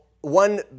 one